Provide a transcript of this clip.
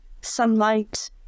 sunlight